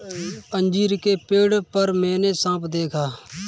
अंजीर के पेड़ पर मैंने साँप देखा